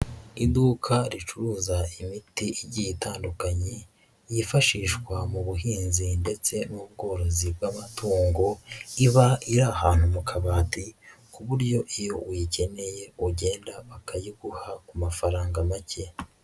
Iduka ricuruza imiti igiye itandukanye yifashishwa mu buhinzi ndetse n'ubworozi bw'amatungo, iba iri ahantu mu kabati ku buryo iyo uyikeneye ugenda bakayiguha ku mafaranga macye.